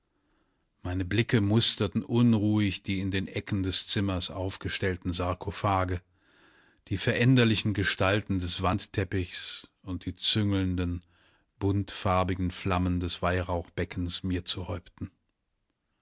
meine blicke musterten unruhig die in den ecken des zimmers aufgestellten sarkophage die veränderlichen gestalten des wandteppichs und die züngelnden buntfarbigen flammen des weihrauchbeckens mir zu häupten